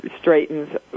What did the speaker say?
straightens